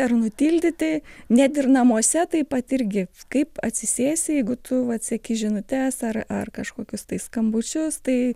ar nutildyti net ir namuose taip pat irgi kaip atsisėsi jeigu tu vat seki žinutes ar ar kažkokius tai skambučius tai